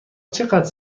چقدر